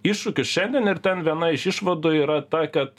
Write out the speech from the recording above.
iššūkius šiandien ir ten viena iš išvadų yra ta kad